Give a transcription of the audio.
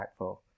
impactful